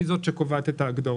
היא זאת שקובעת את ההגדרות,